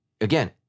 again